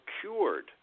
cured